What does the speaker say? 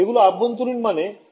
এগুলো আভ্যন্তরীণ মানে i 1